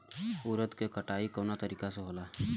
उरद के कटाई कवना तरीका से होला?